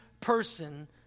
person